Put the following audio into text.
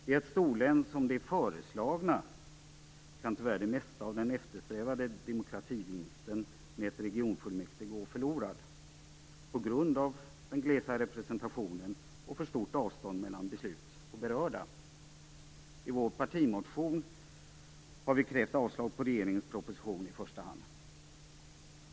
I ett storlän som det föreslagna kan tyvärr det mesta av den eftersträvade demokrativinsten med ett regionfullmäktige gå förlorad på grund av den glesa representationen och för stort avstånd mellan beslut och berörda. I vår partimotion har vi krävt avslag på regeringens proposition i första hand.